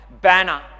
banner